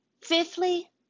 Fifthly